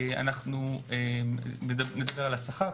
השכר,